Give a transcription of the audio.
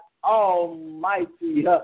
Almighty